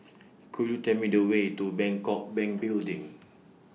Could YOU Tell Me The Way to Bangkok Bank Building